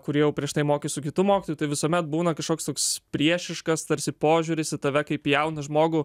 kurie jau prieš tai mokėsi su kitu mokytoju tai visuomet būna kažkoks toks priešiškas tarsi požiūris į tave kaip jauną žmogų